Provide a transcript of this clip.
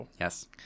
Yes